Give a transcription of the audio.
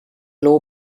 law